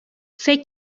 فکر